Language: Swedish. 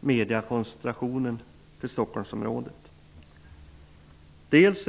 mediekoncentrationen till Stockholmsområdet.